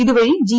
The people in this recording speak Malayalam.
ഇതുവഴി ജി